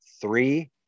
three